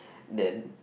then